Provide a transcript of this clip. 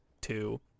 two